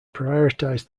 prioritize